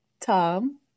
Tom